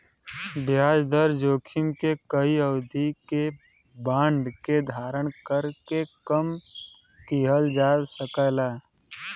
ब्याज दर जोखिम के कई अवधि के बांड के धारण करके कम किहल जा सकला